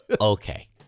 Okay